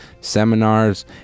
seminars